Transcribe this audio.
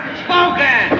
spoken